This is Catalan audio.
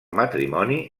matrimoni